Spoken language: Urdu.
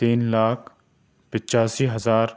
تین لاکھ پچاسی ہزار